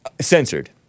Censored